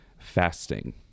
Fasting